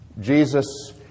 Jesus